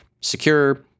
secure